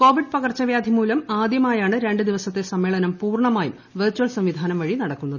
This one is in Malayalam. കോവിഡ് പകർച്ചവ്യാധി മൂലം ആദ്യമായാണ് രണ്ട് ദിവസത്തെ സമ്മേളനം പൂർണ്ണമായും വെർചൽ സംവിധാനം വഴി നടക്കുന്നത്